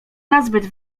nazbyt